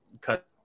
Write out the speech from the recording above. cut